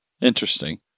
Interesting